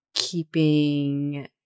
keeping